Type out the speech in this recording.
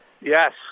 Yes